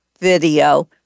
video